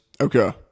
Okay